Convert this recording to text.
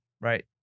right